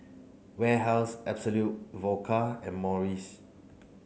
Warehouse Absolut Vodka and Morries